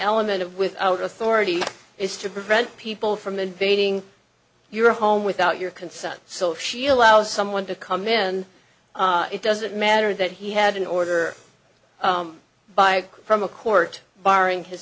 element of without authority is to prevent people from invading your home without your consent so she allows someone to come in and it doesn't matter that he had an order by from a court barring his